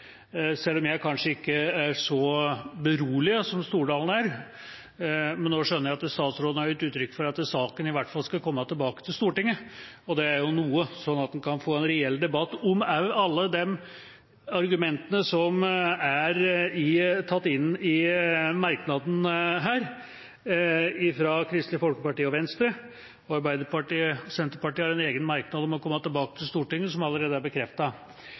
selv om jeg kanskje ikke er så beroliget som Stordalen er. Men nå skjønner jeg at statsråden har gitt uttrykk for at saken i hvert fall skal komme tilbake til Stortinget, og det er jo noe. Da kan vi få en reell debatt om også alle de argumentene som er tatt inn i merknaden fra Kristelig Folkeparti og Venstre. Arbeiderpartiet og Senterpartiet har en egen merknad om å komme tilbake til Stortinget, noe som allerede er